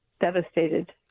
devastated